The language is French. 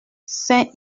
sain